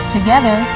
Together